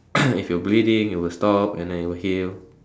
if you're bleeding you will stop and then it will heal